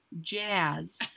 jazz